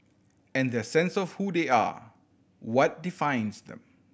and their sense of who they are what defines them